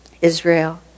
Israel